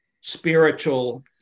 spiritual